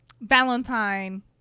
valentine